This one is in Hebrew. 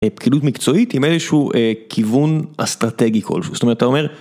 פקידות מקצועית עם איזשהו כיוון אסטרטגי כלשהו זאת אומרת אתה אומר.